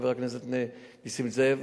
חבר הכנסת נסים זאב,